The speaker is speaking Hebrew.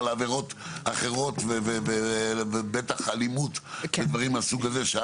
לעבירות אחרות ובטח אלימות ודברים מהסוג הזה.